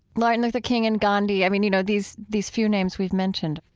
martin luther king and gandhi, i mean, you know, these, these few names we've mentioned.